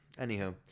anywho